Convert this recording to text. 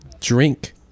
drink